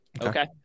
Okay